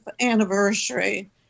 anniversary